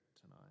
tonight